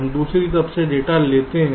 हम दूसरी तरफ से डेटा लेते हैं